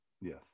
Yes